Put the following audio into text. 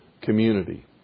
community